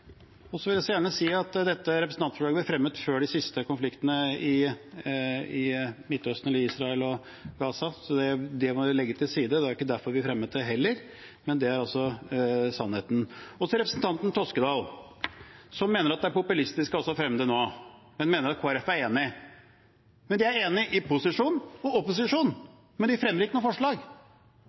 vil også gjerne si at dette representantforslaget ble fremmet før de siste konfliktene i Israel og Gaza, så det må man legge til side. Det var heller ikke derfor vi fremmet det. Det er sannheten. Så til representanten Toskedal, som mener at det er populistisk av oss å fremme det nå, men sier at Kristelig Folkeparti er enig: De er enig i posisjon og opposisjon, men de fremmer ikke noe forslag.